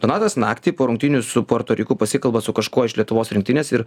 donatas naktį po rungtynių su puerto riku pasikalba su kažkuo iš lietuvos rinktinės ir